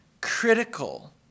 critical